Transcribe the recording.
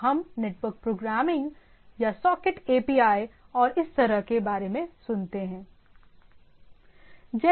तो हम network programming या सॉकेट API और इस तरह के बारे में सुनते हैं